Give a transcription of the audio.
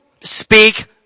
speak